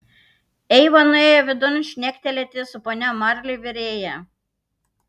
eiva nuėjo vidun šnektelėti su ponia marli virėja